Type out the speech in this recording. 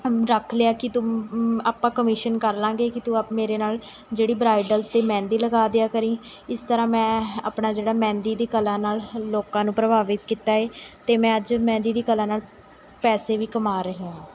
ਰੱਖ ਲਿਆ ਕਿ ਤੂੰ ਆਪਾਂ ਕਮਿਸ਼ਨ ਕਰਲਵਾਂਗੇ ਕਿ ਤੂੰ ਅਪ ਮੇਰੇ ਨਾਲ਼ ਜਿਹੜੀ ਬਰਾਈਡਲਜ਼ 'ਤੇ ਮਹਿੰਦੀ ਲਗਾ ਦਿਆ ਕਰੀਂ ਇਸ ਤਰ੍ਹਾਂ ਮੈਂ ਆਪਣਾ ਜਿਹੜਾ ਮਹਿੰਦੀ ਦੀ ਕਲਾ ਨਾਲ਼ ਲੋਕਾਂ ਨੂੰ ਪ੍ਰਭਾਵਿਤ ਕੀਤਾ ਹੈ ਅਤੇ ਮੈਂ ਅੱਜ ਮਹਿੰਦੀ ਦੀ ਕਲਾ ਨਾਲ਼ ਪੈਸੇ ਵੀ ਕਮਾ ਰਹੀ ਹਾਂ